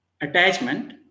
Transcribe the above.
attachment